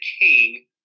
king